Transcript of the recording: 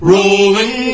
Rolling